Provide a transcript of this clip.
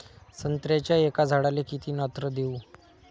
संत्र्याच्या एका झाडाले किती नत्र देऊ?